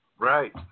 Right